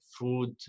food